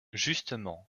justement